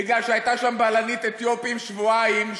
מפני שהייתה שם בלנית אתיופית שבועיים,